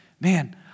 man